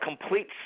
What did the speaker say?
complete